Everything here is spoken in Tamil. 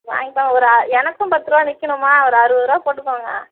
வாங்கிக்கலாம் ஒரு எனக்கும் பத்துரூபா நிர்கிணுமா ஒரு அறுபது ரூபா போட்டுக்கோங்க